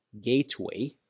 gateway